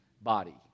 body